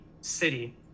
city